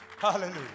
Hallelujah